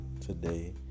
today